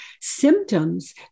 symptoms